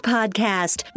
Podcast